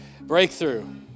Breakthrough